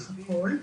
נזקים שמוצעות שם.